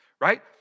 Right